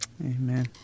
Amen